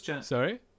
Sorry